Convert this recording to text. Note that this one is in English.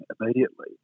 immediately